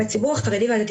בציבור החרדי והדתי,